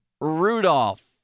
Rudolph